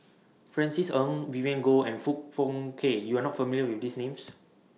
Francis Ng Vivien Goh and Foong Fook Kay YOU Are not familiar with These Names